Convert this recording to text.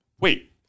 wait